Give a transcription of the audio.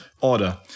order